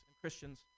Christians